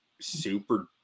super